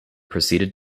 proceeded